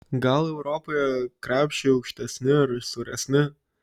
gal europoje krepšiai aukštesni ar siauresni